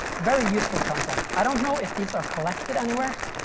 very useful concept. i don't know if these are collected anywhere.